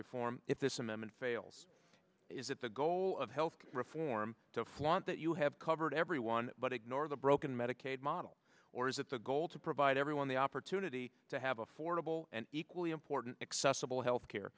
reform if this amendment fails is that the goal of health care reform to flaunt that you have covered everyone but ignore the broken medicaid model or is it the goal to provide everyone the opportunity to have affordable and equally important accessible health care